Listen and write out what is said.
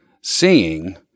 seeing